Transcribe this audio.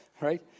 right